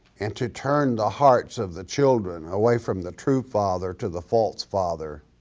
and to turn the hearts of the children away from the true father to the false father,